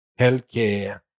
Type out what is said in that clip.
healthcare